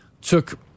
took